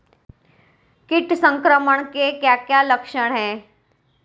कीट संक्रमण के क्या क्या लक्षण हैं?